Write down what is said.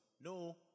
No